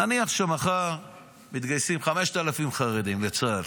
נניח שמחר מתגייסים 5,000 חרדים לצה"ל,